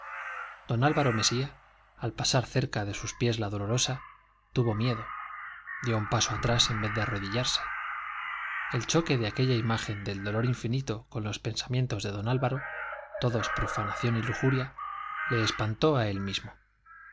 don álvaro mesía al pasar cerca de sus pies la dolorosa tuvo miedo dio un paso atrás en vez de arrodillarse el choque de aquella imagen del dolor infinito con los pensamientos de don álvaro todos profanación y lujuria le espantó a él mismo